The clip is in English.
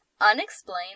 unexplained